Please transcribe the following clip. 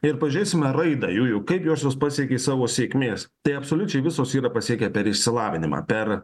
ir pažeisime raidą jųjų kaip jos pasiekė savo sėkmės tai absoliučiai visos yra pasiekę per išsilavinimą per